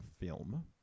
film